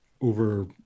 over